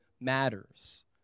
matters